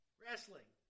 wrestling